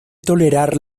tolerar